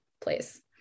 place